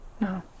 No